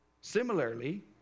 Similarly